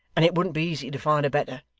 and it wouldn't be easy to find a better.